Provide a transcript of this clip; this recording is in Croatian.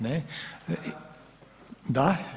Ne. ... [[Upadica se ne čuje.]] Da?